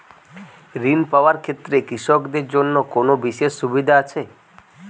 ঋণ পাওয়ার ক্ষেত্রে কৃষকদের জন্য কোনো বিশেষ সুবিধা আছে?